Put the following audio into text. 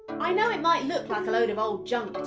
i know it might look like a load of old junk